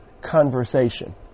conversation